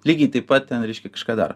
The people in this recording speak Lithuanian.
lygiai taip pat ten reiškia kažką daro